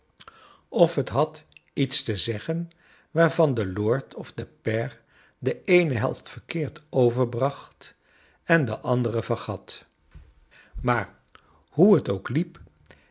of het had iets te zeggen waarvan de lord of de pair de cone helft verkeerd overbracht on de andere vergat maar hoe t ook liep